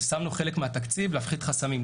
שמנו חלק מהתקציב להפחתת חסמים,